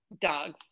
Dogs